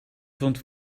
vond